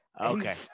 Okay